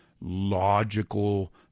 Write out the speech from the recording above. logical